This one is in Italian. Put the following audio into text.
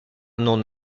non